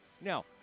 Now